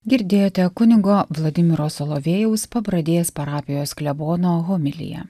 girdėjote kunigo vladimiro solovejaus pabradės parapijos klebono homiliją